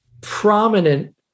prominent